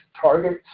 targets